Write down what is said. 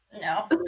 No